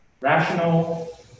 Rational